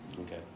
Okay